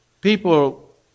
people